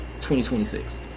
2026